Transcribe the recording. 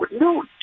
No